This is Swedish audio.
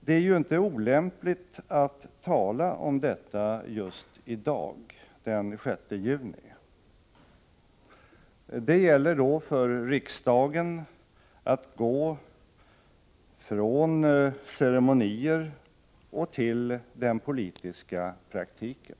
Det är inte olämpligt att tala om detta just i dag, den sjätte juni. Det gäller då för riksdagen att gå från ceremonier till den politiska praktiken.